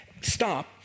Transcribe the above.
stop